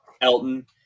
Elton